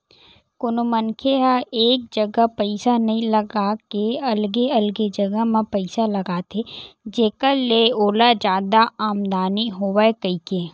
कोनो मनखे ह एक जगा पइसा नइ लगा के अलगे अलगे जगा म पइसा लगाथे जेखर ले ओला जादा आमदानी होवय कहिके